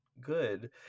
good